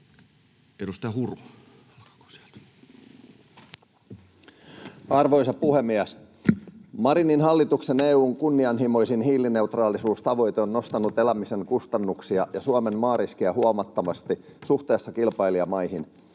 Edustaja Huru. Arvoisa puhemies! Marinin hallituksen EU:n kunnianhimoisin hiilineutraalisuustavoite on nostanut elämisen kustannuksia ja Suomen maariskiä huomattavasti suhteessa kilpailijamaihin.